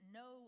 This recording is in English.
no